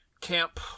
camp